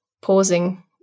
pausing